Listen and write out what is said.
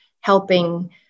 helping